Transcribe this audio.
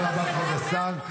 תודה רבה, כבוד השר.